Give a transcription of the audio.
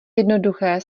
jednoduché